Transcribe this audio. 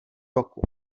roku